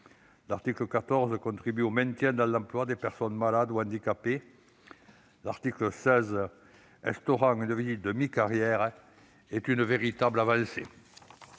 L'article 14 contribue au maintien dans l'emploi des personnes malades ou handicapées. Quant à l'article 16, instaurant une visite de mi-carrière, il représente une véritable avancée.